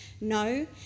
No